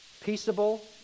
peaceable